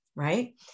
right